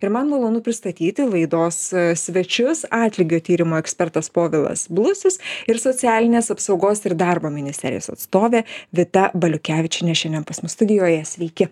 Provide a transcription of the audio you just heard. ir man malonu pristatyti laidos svečius atlygio tyrimo ekspertas povilas blusius ir socialinės apsaugos ir darbo ministerijos atstovė vita baliukevičienė šiandien pas mus studijoje sveiki